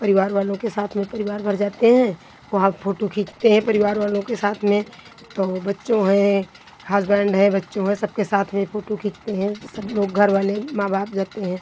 परिवार वालों के साथ में परिवार भर जाते हैं वहाँ पे फोटू खींचते हैं परिवार वालों के साथ में तो बच्चों हैं हसबैंड हैं बच्चों हैं सबके साथ में फोटू खींचते हैं सब लोग घरवाले माँ बाप जाते हैं